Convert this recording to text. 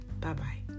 Bye-bye